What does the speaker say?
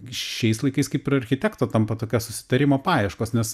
šiais laikais kaip ir architekto tampa tokia susitarimo paieškos nes